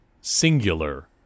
singular